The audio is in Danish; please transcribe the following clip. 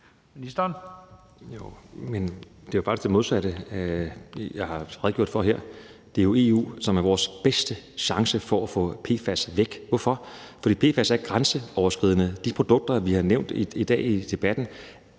Heunicke): Det er faktisk det modsatte, jeg har redegjort for her. Det er jo EU, som er vores bedste chance for at få PFAS væk. Hvorfor? Fordi PFAS er grænseoverskridende. De produkter, vi har nævnt i dag i debatten,